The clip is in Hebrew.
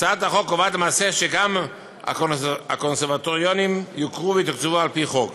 הצעת החוק קובעת למעשה שגם הקונסרבטוריונים יוכרו ויתוקצבו על-פי חוק.